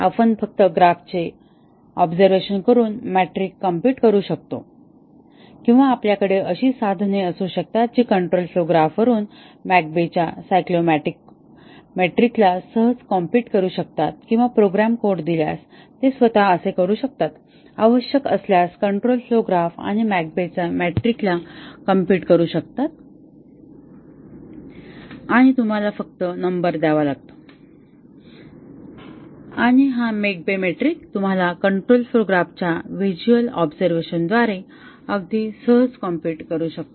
आपण फक्त ग्राफचे ऑबझर्वेशन करून मेट्रिक कॉम्प्युट करू शकतो किंवा आपल्याकडे अशी साधने असू शकतात जी कंट्रोल फ्लोव ग्राफ वरून McCabe च्या सायक्लोमॅटिक मेट्रिक ला सहज कॉम्प्युट करू शकतात किंवा प्रोग्राम कोड दिल्यास ते स्वतः असे करू शकतात आवश्यक असल्यास कंट्रोल फ्लोव ग्राफ आणि McCabe च्या मेट्रिक ला कॉम्प्युट करू शकतात आणि तुम्हाला फक्त नंबर द्यावा लागतो आणि मॅक्केब मेट्रिक हा तुम्ही कंट्रोल फ्लोव ग्राफ च्या व्हिजुअल ऑबझर्वेशन द्वारे अगदी सहज कॉम्प्युट करू शकता